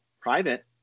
private